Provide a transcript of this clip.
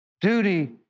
duty